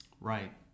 Right